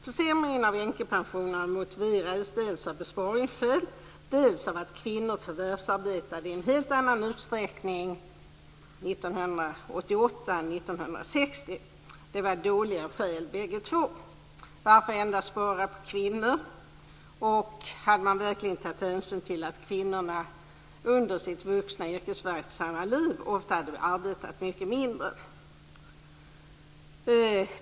Försämringen av änkepensionerna motiverades dels av besparingsskäl, dels av att kvinnor förvärvsarbetade i en helt annan utsträckning 1988 än vad de gjorde 1960. Detta var dåliga skäl. Varför endast spara på kvinnor? Hade man möjligtvis tagit hänsyn till att dessa kvinnor under sitt vuxna yrkesverksamma liv ofta hade arbetat mycket mindre?